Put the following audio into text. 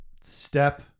Step